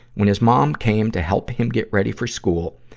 when his mom came to help him get ready for school,